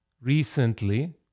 Recently